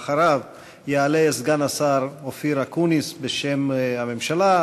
אחריו יעלה סגן השר אופיר אקוניס בשם הממשלה,